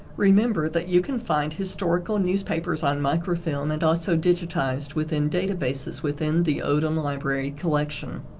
remember that you can find historical newspapers on microfilm and also digitized within databases within the odum library collection